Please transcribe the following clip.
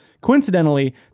Coincidentally